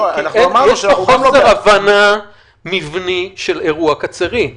יש פה חוסר הבנה מבני של אירוע קצרין.